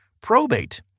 probate